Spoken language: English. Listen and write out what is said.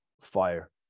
fire